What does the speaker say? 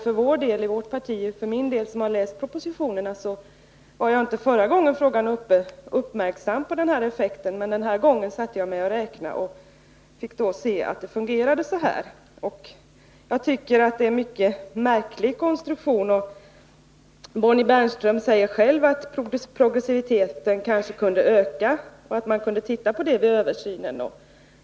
För egen del måste jag, som har läst propositionerna, erkänna att jag inte förra gången frågan var uppe var uppmärksam på den här effekten. Men denna gång satte jag mig och räknade och fick se hur det fungerade. Jag tycker att det är en mycket märklig konstruktion. Och Bonnie Bernström säger själv att progressiviteten kanske kunde öka och att man kunde titta på detta vid översynen.